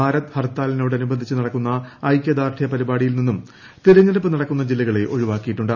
ഭാരത് ഹർത്താലിനോട് അനുബന്ധിച്ച് നടക്കുന്ന ഐക്യുദാർഢ്യ പരിപാടിയിൽ നിന്നും തെരഞ്ഞെടുപ്പ് നടക്കുന്ന ജില്ലകള്ള ഒഴിവാക്കിയിട്ടുണ്ട്